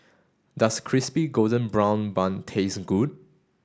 does crispy golden brown bun taste good